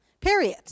period